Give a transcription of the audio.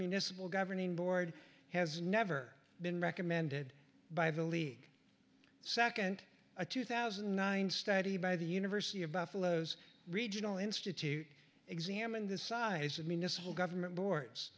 municipal governing board has never been recommended by the league second a two thousand and nine study by the university of buffalo as regional institute examined the size of municipal government boards